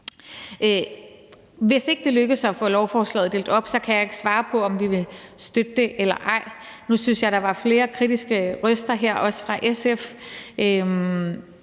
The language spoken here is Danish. Hvis ikke det lykkes at få lovforslaget delt op, kan jeg ikke svare på, om vi vil støtte det eller ej. Nu synes jeg, der var flere kritiske røster her, også fra SF.